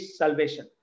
salvation